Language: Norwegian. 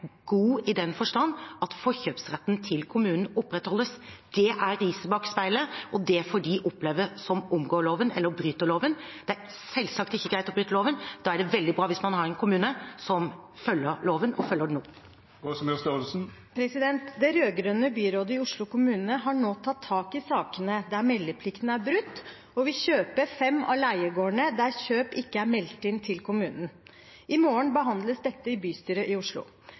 og det får de oppleve, de som omgår loven, eller bryter loven. Det er selvsagt ikke greit å bryte loven. Da er det veldig bra hvis man har en kommune som følger loven, og som følger den opp. Det rød-grønne byrådet i Oslo kommune har nå tatt tak i sakene der meldeplikten er brutt, og vil kjøpe fem av leiegårdene der kjøp ikke er meldt inn til kommunen. I morgen behandles dette i bystyret i Oslo.